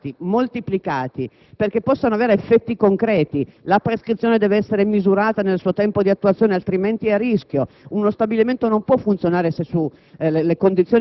incentivati, moltiplicati e possano avere effetti concreti. La prescrizione deve essere misurata nel suo tempo di attuazione, altrimenti è a rischio; uno stabilimento non può funzionare se